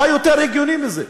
מה יותר הגיוני מזה?